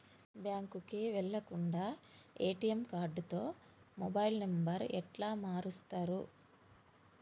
బ్యాంకుకి వెళ్లకుండా ఎ.టి.ఎమ్ కార్డుతో మొబైల్ నంబర్ ఎట్ల మారుస్తరు?